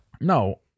No